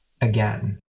again